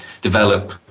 develop